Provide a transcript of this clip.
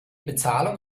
bezahlung